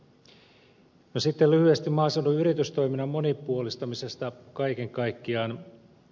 sitten lyhyesti maaseudun yritystoiminnan monipuolistamisesta kaiken kaikkiaan